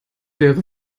wäre